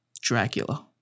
Dracula